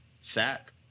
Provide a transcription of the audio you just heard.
sack